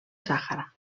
sàhara